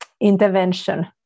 intervention